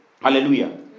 Hallelujah